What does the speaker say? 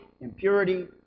impurity